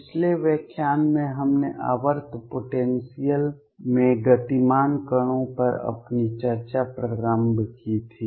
पिछले व्याख्यान में हमने आवर्त पोटेंसियल में गतिमान कणों पर अपनी चर्चा प्रारंभ की थी